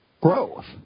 growth